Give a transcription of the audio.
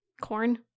corn